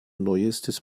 neuestes